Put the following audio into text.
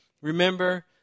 remember